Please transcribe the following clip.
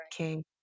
Okay